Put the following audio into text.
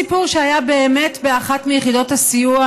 סיפור שהיה באמת באחת מיחידות הסיוע,